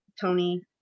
tony